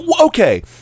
okay